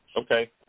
Okay